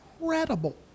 incredible